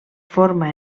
forma